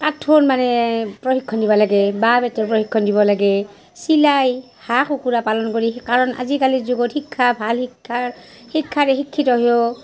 কাঠৰ মানে প্ৰশিক্ষণ দিবা লাগে বাঁহ বেতৰ প্ৰশিক্ষণ দিব লাগে চিলাই হাঁহ কুকুৰা পালন কৰি কাৰণ আজিকালিৰ যুগত শিক্ষা ভাল শিক্ষাৰ শিক্ষাৰে শিক্ষিত হৈওঁ